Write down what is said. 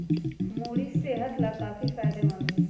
मूरी सेहत लाकाफी फायदेमंद हई